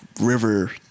river